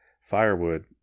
firewood